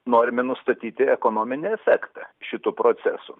norime nustatyti ekonominį efektą šitų procesų